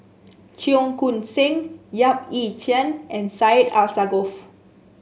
Cheong Koon Seng Yap Ee Chian and Syed Alsagoff